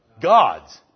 gods